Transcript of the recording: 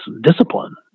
discipline